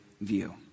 view